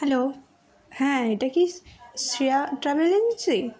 hello হ্যাঁ এটা কি শ্রেয়া ট্রাভেল এজেন্সি